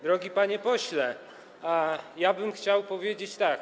Drogi panie pośle, ja bym chciał powiedzieć tak.